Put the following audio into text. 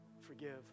forgive